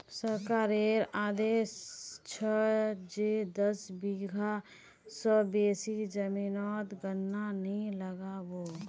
सरकारेर आदेश छ जे दस बीघा स बेसी जमीनोत गन्ना नइ लगा बो